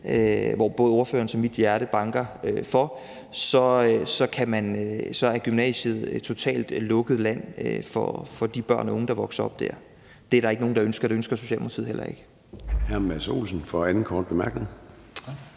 som både ordførerens og mit hjerte banker for, er gymnasiet totalt lukket land, altså for de børn og unge, der vokser op der. Det er der ikke nogen, der ønsker, og det ønsker Socialdemokratiet heller ikke.